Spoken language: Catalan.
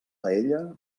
paella